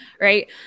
right